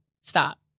stop